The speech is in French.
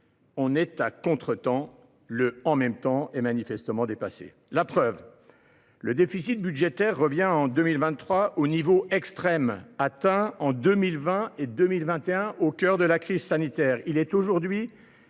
sommes à contretemps ; le « en même temps » est manifestement dépassé… La preuve : le déficit budgétaire revient en 2023 aux niveaux extrêmes atteints en 2020 et 2021 pendant la crise sanitaire.